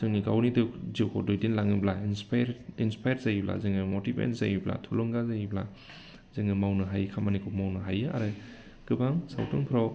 जोंनि गावनि जिउखौ दैदेनलाङोब्ला इन्सपायार जायोब्ला जोङो मटिभेट जायोब्ला थुलुंगा जायोब्ला जोङो मावनो हायै खामानिखौ मावनो हायो आरो गोबां सावथुनफ्राव